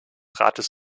rates